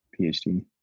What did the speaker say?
PhD